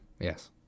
yes